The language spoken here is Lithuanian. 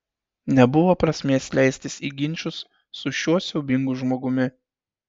nebuvo prasmės leistis į ginčus su šiuo siaubingu žmogumi